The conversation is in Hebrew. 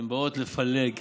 הן באות לפלג,